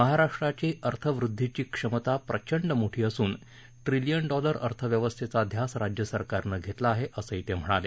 महाराष्ट्राची अर्थवृद्वीची क्षमता प्रचंड मोठी असून ट्रीलियन डॉलर अर्थव्यवस्थेचा ध्यास राज्यसरकारनं घेतला आहे असंही ते म्हणाले